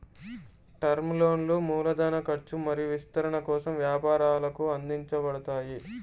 term లోన్లు మూలధన ఖర్చు మరియు విస్తరణ కోసం వ్యాపారాలకు అందించబడతాయి